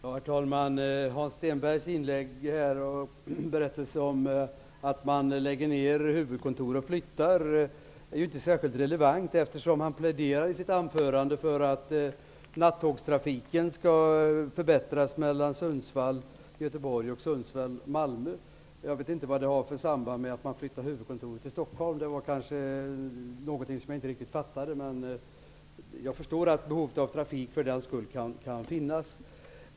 Herr talman! Hans Stenbergs berättelse om att huvudkontor läggs ner och flyttar är inte särskilt relevant, eftersom han i sitt anförande pläderar för att nattågstafiken mellan Göteborg, Sundsvall och Malmö skall förbättras. Jag vet inte vad det har för samband med att huvudkontor flyttas till Stockholm. Det kanske var någonting som jag inte riktigt fattade. Men för den skull förstår jag att behovet av trafik kan finnas.